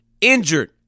Injured